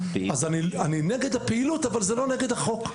אז אני נגד הפעילות אבל זה לא נגד החוק,